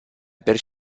per